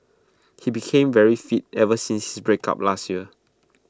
he became very fit ever since his breakup last year